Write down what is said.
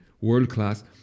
World-class